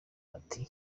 ati